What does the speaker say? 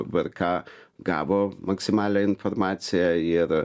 vrk gavo maksimalią informaciją ir